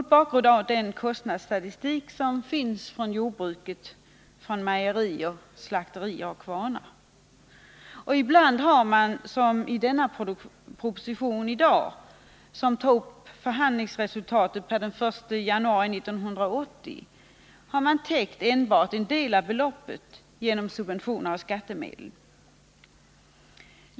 Det framgår av kostnadsstatistiken från jordbruket, med mejerier, slakterier och kvarnar. Ibland har man, såsom i den proposition som vi behandlar i dag och som tar upp förhandlingsresultatet per den 1 januari 1980, täckt bara en del av beloppet genom subventioner med skattemedel.